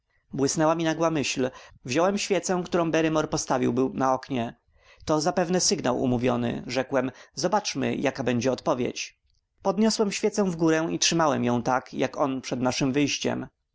błysnęła mi nagła myśl wziąłem świecę którą barrymore postawił był na oknie to zapewne sygnał umówiony rzekłem zobaczmy jaka będzie odpowiedź podniosłem świecę w górę i trzymałem ją tak jak on przed naszem wejściem